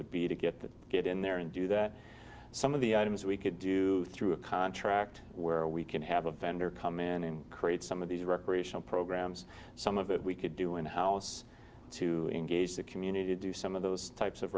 would be to get that get in there and do that some of the items we could do through a contract where we can have a vendor come in and create some of these recreational programs some of it we could do in house to engage the community to do some of those types of